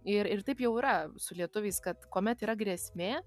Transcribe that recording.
ir ir taip jau yra su lietuviais kad kuomet yra grėsmė